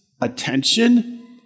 attention